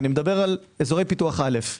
אני מדבר על אזורי פיתוח א'.